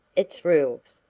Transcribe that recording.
its rules,